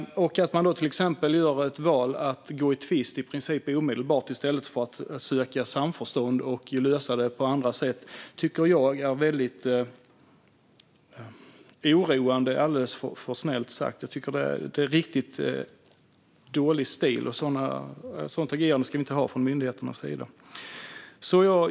När man då till exempel gör valet att i princip omedelbart gå i tvist i stället för att söka samförstånd och lösa det på andra sätt tycker jag att det är väldigt oroande - men det är alldeles för snällt sagt. Jag tycker att det är riktigt dålig stil, och ett sådant agerande ska vi inte ha från myndigheternas sida.